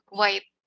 white